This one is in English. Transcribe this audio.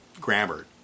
grammar